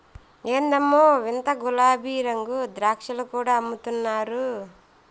ఎందమ్మో ఈ వింత గులాబీరంగు ద్రాక్షలు కూడా అమ్ముతున్నారు